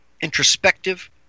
introspective